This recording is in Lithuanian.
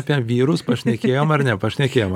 apie vyrus pašnekėjom ar ne pašnekėjom